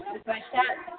கொஞ்சம் ஃப்ரெஷாக